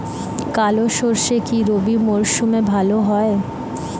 কালো সরষে কি রবি মরশুমে ভালো হয়?